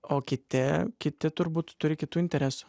o kiti kiti turbūt turi kitų interesų